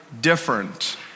different